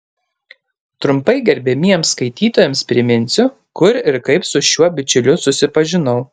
trumpai gerbiamiems skaitytojams priminsiu kur ir kaip su šiuo bičiuliu susipažinau